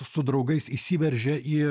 su draugais įsiveržė į